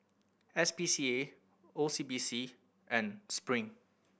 S P C A O C B C and Spring